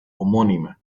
homónima